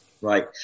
Right